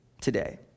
today